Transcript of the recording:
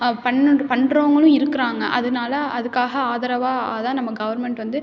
பண்ணுன்ட்டு பண்ணுறவங்களும் இருக்கிறாங்க அதனால அதுக்காக ஆதரவாக அதுதான் நம்ம கவர்மெண்ட் வந்து